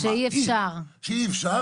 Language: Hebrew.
שאי אפשר,